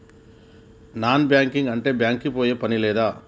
Non banking అంటే bank కి పోయే పని లేదా?